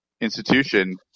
institution